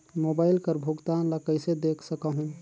Mobile कर भुगतान ला कइसे देख सकहुं?